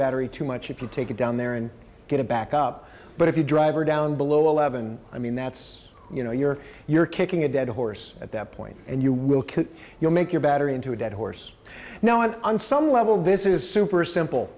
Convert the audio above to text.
battery too much if you take it down there and get it back up but if you drive are down below eleven i mean that's you know you're you're kicking a dead horse at that point and you will could you make your battery into a dead horse now and on some level this is super simple